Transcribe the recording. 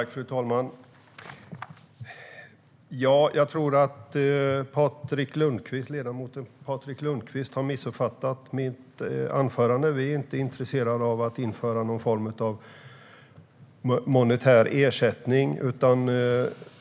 Fru talman! Jag tror att Patrik Lundqvist har missuppfattat mig. Vi är inte intresserade av att införa någon form av monetär ersättning.